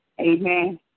Amen